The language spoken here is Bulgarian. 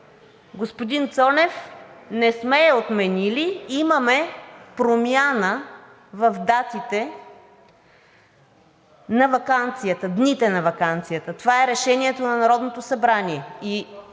Господин Цонев, не сме я отменили. Имаме промяна в дните на ваканцията. Това е решението на Народното събрание